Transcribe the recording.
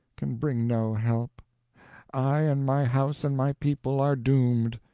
can bring no help i and my house and my people are doomed.